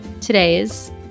today's